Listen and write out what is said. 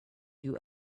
you